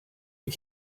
you